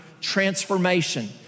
transformation